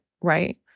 Right